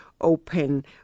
open